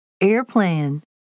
Airplane